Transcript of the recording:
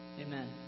Amen